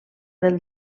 del